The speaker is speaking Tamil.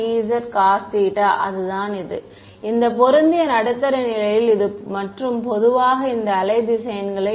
koezcosθ அதுதான் இது இந்த பொருந்திய நடுத்தர நிலையில் மற்றும் பொதுவாக இந்த வேவ் வெக்டர்களை wave vectors